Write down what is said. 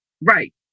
right